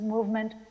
Movement